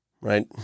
Right